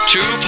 Two